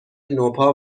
نوپا